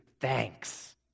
thanks